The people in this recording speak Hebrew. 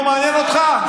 לא מעניין אותך?